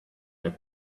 had